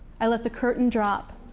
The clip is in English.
i let the curtain drop.